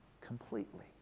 completely